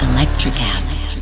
Electricast